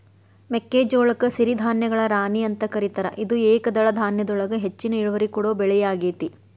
ಮೆಕ್ಕಿಜೋಳಕ್ಕ ಸಿರಿಧಾನ್ಯಗಳ ರಾಣಿ ಅಂತ ಕರೇತಾರ, ಇದು ಏಕದಳ ಧಾನ್ಯದೊಳಗ ಹೆಚ್ಚಿನ ಇಳುವರಿ ಕೊಡೋ ಬೆಳಿಯಾಗೇತಿ